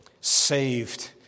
saved